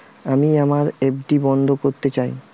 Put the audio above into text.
আমি আমার এফ.ডি বন্ধ করতে চাই